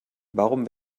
warum